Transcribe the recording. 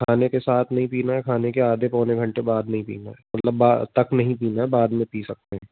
खाने के साथ नहीं पीना है खाने के आधे पौने घंटे बाद नहीं पीना है मतलब बा तक नहीं पीना बाद में पी सकते हैं